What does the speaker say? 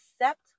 accept